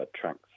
tracks